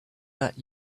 that